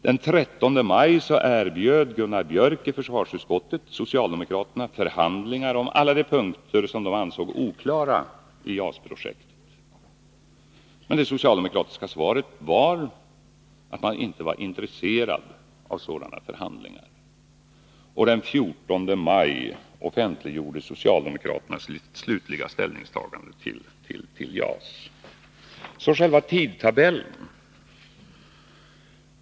Den 13 maj erbjöd Gunnar Björk i försvarsutskottet socialdemokraterna förhandlingar om alla de punkter som de ansåg oklara i JAS-projektet. Men socialdemokraternas svar var att man inte var intresserad av sådana förhandlingar. Den 14 maj offentliggjorde socialdemokraterna sitt slutliga ställningstagande till JAS. Så till själva tidtabellen.